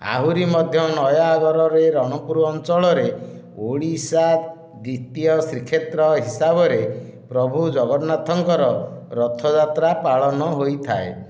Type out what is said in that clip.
ଆହୁରି ମଧ୍ୟ ନୟାଗଡ଼ରେ ରଣପୁର ଆଞ୍ଚଳରେ ଓଡ଼ିଶା ଦ୍ୱିତୀୟ ଶ୍ରୀକ୍ଷେତ୍ର ହିସାବରେ ପ୍ରଭୁ ଜଗନ୍ନାଥଙ୍କର ରଥଯାତ୍ରା ପାଳନ ହୋଇଥାଏ